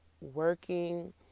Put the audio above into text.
working